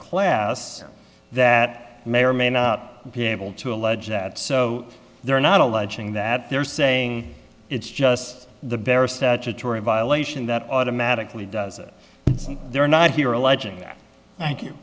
class that may or may not be able to allege that so they're not alleging that they're saying it's just the barest statutory violation that automatically does it and they're not here alleging thank you